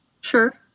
Sure